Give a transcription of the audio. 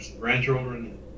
grandchildren